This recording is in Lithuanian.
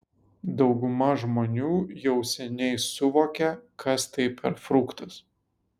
dauguma žmonių jau seniai suvokė kas tai per fruktas